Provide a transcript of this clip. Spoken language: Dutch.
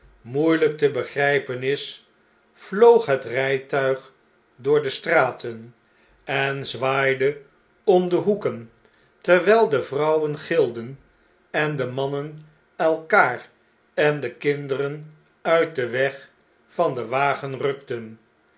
moeieljjk te begrijpen is vloog het rn'tuig door de straten en zwaaide om de hoeken terwjjl de vrouwen gilden en de mannen elkaar en de kinderen uit den weg van den wagen rukten